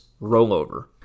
rollover